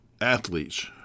athletes